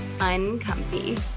uncomfy